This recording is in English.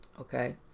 okay